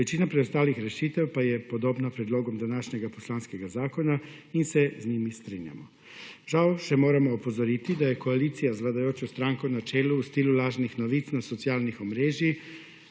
Večina preostalih rešitev pa je podobna predlogom današnjega poslanskega zakona in se z njimi strinjamo. Žal še moramo opozoriti, da je koalicija z vladajočo stranko na čelu v stilu lažnih novih na socialnih omrežjih